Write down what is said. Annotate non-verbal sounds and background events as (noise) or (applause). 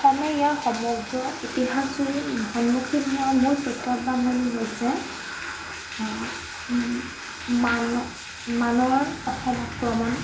(unintelligible)